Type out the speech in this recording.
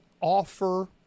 offer